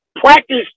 practice